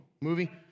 movie